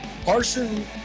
Parson